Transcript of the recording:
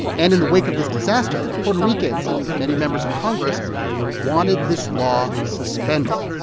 and in the wake of this disaster, puerto ricans and many members of congress wanted this law suspended,